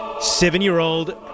Seven-year-old